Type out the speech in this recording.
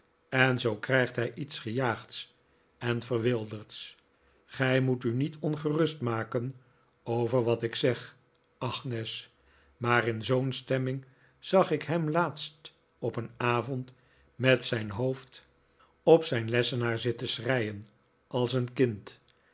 en zoo krijgt hij iets gejaagds en verwilderds gij moet u niet ongerust maken over wat ik zeg agnes maar in zoo'n stemming zag ik hem laatst op een avond met zijn hoofd op zijn lessenaar zitten schreien als een kind